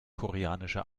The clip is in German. koreanische